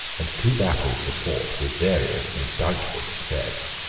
and two battles were fought with various and doubtful success